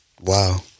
Wow